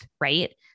Right